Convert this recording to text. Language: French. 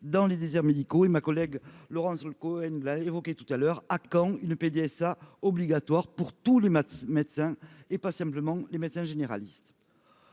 dans les déserts médicaux et ma collègue Laurence Cohen l'a évoqué tout à l'heure, à quand une PDSA obligatoire pour tous les médecins et pas simplement les médecins généralistes